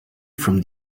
from